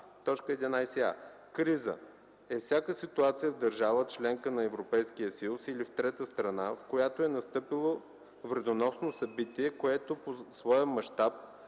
„Криза” е всяка ситуация в държава - членка на Европейския съюз, или в трета страна, в която е настъпило вредоносно събитие, което по своя мащаб